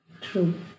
True